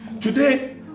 Today